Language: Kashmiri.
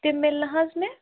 تِم میلنہٕ حظ مےٚ